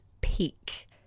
peak